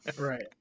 Right